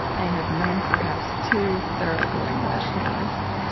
i have known perhaps two thorough-going rationalists.